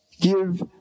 give